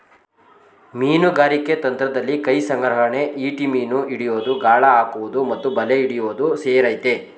ಮೀನುಗಾರಿಕೆ ತಂತ್ರದಲ್ಲಿ ಕೈಸಂಗ್ರಹಣೆ ಈಟಿ ಮೀನು ಹಿಡಿಯೋದು ಗಾಳ ಹಾಕುವುದು ಮತ್ತು ಬಲೆ ಹಿಡಿಯೋದು ಸೇರಯ್ತೆ